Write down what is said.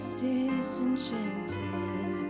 disenchanted